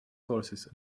courses